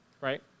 right